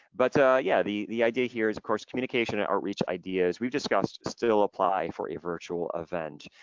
but yeah, the the idea here is, of course, communication or reach ideas. we've discussed still apply for a virtual event,